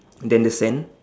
then the sand